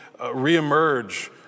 reemerge